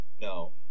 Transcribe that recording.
No